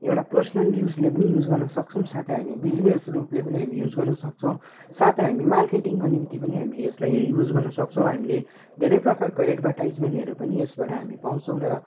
एउटा पर्सनल युजले पनि युज गर्नसक्छौँ साथै हामी बिजनेस रूपले पनि हामी युज गर्नसक्छौँ साथै हामी मार्केटिङको निम्ति पनि हामी यसलाई युज गर्नसक्छौँ हामीले धेरै प्रकारको एडभर्टाइजमेन्टहरू पनि यसबाट हामी पाउँछौँ र